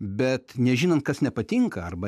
bet nežinant kas nepatinka arba